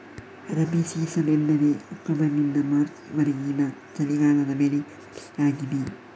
rabi season ಎಂದರೆ ಅಕ್ಟೋಬರಿನಿಂದ March ವರೆಗಿನ ಚಳಿಗಾಲದ ಬೆಳೆ ಅವಧಿಯಾಗಿದೆ